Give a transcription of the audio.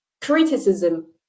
criticism